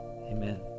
Amen